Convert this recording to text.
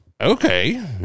Okay